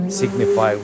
signify